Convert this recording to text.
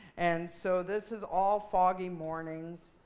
and so this is all foggy mornings.